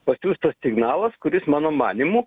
pasiųstas signalas kuris mano manymu